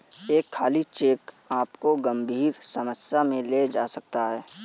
एक खाली चेक आपको गंभीर समस्या में ले जा सकता है